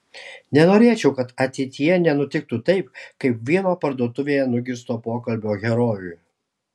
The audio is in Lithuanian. nenorėčiau kad ateityje nenutiktų taip kaip vieno parduotuvėje nugirsto pokalbio herojui